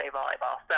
Volleyball